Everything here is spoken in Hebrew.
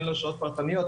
אין לו שעות פרטניות,